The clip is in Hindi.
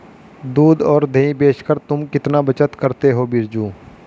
दूध और दही बेचकर तुम कितना बचत करते हो बिरजू?